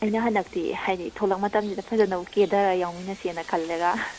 ꯑꯩꯅ ꯍꯟꯗꯛꯇꯤ ꯍꯥꯏꯗꯤ ꯊꯣꯂꯛ ꯃꯇꯝꯁꯤꯗ ꯐꯖꯅ ꯀꯦꯊꯔ ꯌꯥꯎꯃꯤꯟꯅꯁꯦꯅ ꯈꯜꯂꯒ